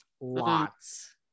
lots